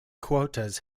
quotas